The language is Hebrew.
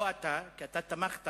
לא אתה, כי אתה תמכת